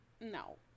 no